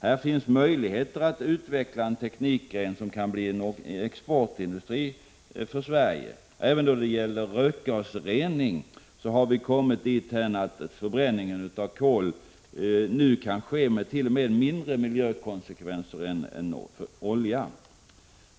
Här finns möjligheter att utveckla en teknikgren. Sverige kan på det sättet få en exportindustri. Även då det gäller rökgasrening har vi kommit dithän att förbränningen av kol t.o.m. får mindre miljökonsekvenser än förbränningen av olja.